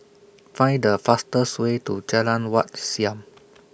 Find The fastest Way to Jalan Wat Siam